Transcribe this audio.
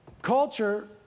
Culture